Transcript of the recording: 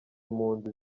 impunzi